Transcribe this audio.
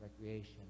recreation